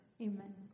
Amen